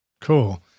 Cool